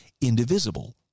indivisible